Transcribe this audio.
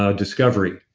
ah discovery.